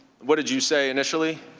what did you say initially